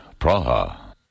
Praha